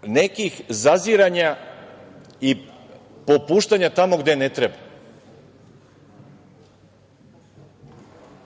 kažem, zaziranja i popuštanja tamo gde ne treba.